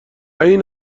این